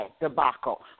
debacle